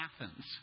Athens